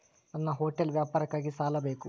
ನನ್ನ ಹೋಟೆಲ್ ವ್ಯಾಪಾರಕ್ಕಾಗಿ ಸಾಲ ಬೇಕು